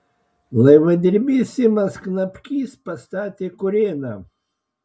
laivadirbys simas knapkys pastatė kurėną